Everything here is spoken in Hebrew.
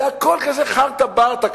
זה הכול כזה חארטה ברטה,